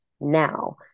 now